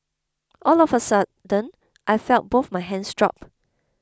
all of a sudden I felt both my hands drop